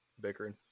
bickering